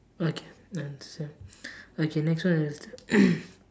okay understand okay next one is the